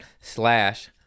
slash